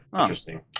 interesting